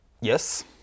Yes